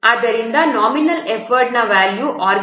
ಆದ್ದರಿಂದ nominal effort c ಯ value organic ಪ್ರೊಡಕ್ಟ್ಗೆ 2